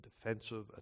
defensive